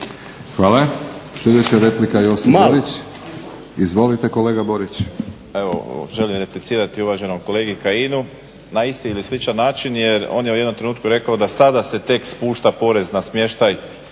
Hvala. Sljedeća replika, Josip Borić. Izvolite kolega Borić.